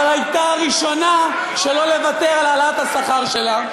אבל הייתה הראשונה שלא לוותר על העלאת השכר שלה,